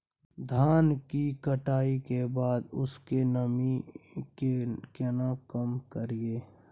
धान की कटाई के बाद उसके नमी के केना कम करियै?